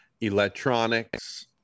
electronics